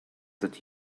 that